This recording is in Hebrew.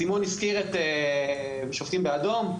סימון הזכיר את "שופטים באדום".